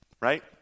Right